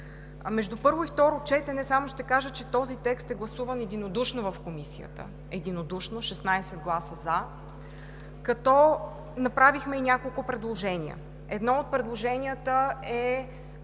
между първо и второ четене този текст е гласуван единодушно в Комисията – единодушно с 16 гласа „за“, като направихме и няколко предложения. Едно от предложенията е